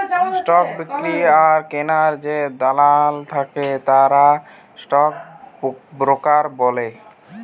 stock বিক্রি আর কিনার যে দালাল থাকে তারা স্টক ব্রোকার